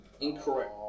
Incorrect